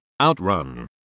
Outrun